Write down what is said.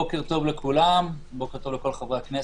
בוקר טוב לכל חברי הכנסת,